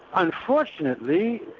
unfortunately,